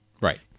Right